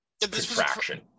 distraction